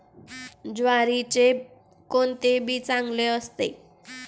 ज्वारीचे कोणते बी चांगले असते?